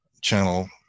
channel